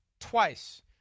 Twice